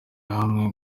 hamwe